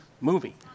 movie